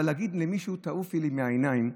אבל להגיד למישהי "תעופי לי מהעיניים",